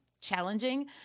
challenging